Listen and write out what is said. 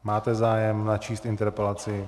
Máte zájem načíst interpelaci?